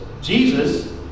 Jesus